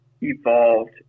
evolved